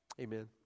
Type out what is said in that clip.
Amen